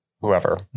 whoever